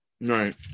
right